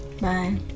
Bye